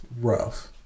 rough